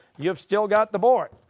you've still got the board.